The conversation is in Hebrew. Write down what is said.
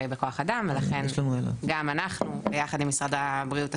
היא בכוח האדם ולכן גם אנחנו ביחד עם משרד הבריאות,